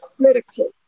critical